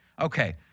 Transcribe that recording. Okay